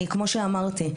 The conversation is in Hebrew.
כמו שאמרתי,